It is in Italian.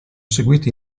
seguiti